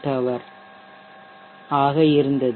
4Wh ஆக இருந்தது